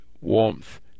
warmth